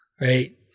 Right